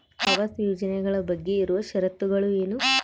ಆವಾಸ್ ಯೋಜನೆ ಬಗ್ಗೆ ಇರುವ ಶರತ್ತುಗಳು ಏನು?